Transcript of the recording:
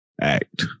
Act